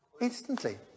Instantly